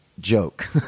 joke